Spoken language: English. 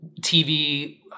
TV